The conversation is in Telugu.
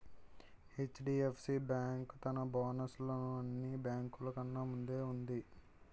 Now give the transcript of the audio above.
హెచ్.డి.ఎఫ్.సి బేంకు తన బోనస్ లలో అన్ని బేంకులు కన్నా ముందు వుంది